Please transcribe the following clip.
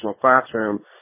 classroom